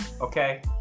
okay